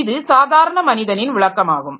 இது சாதாரண மனிதனின் விளக்கம் ஆகும்